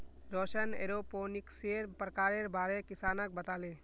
रौशन एरोपोनिक्सेर प्रकारेर बारे किसानक बताले